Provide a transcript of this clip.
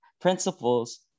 principles